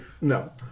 no